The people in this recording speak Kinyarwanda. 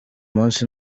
munsi